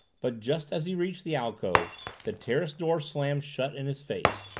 but just as he reached the alcove the terrace door slammed shut in his face.